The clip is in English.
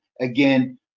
again